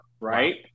Right